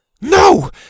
No